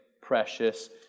precious